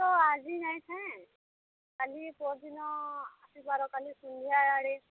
ତ ଆଜି ନାଇଥାଏ କାଲି ପର୍ଦିନ ଆସିପାର କାଲି ସନ୍ଧ୍ୟା ଆଡ଼େ